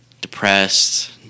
depressed